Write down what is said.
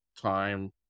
time